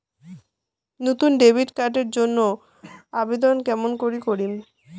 নতুন debit card এর জন্যে আবেদন কেমন করি করিম?